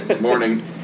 Morning